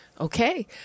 Okay